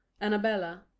Annabella